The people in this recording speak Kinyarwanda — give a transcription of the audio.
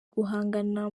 guhangana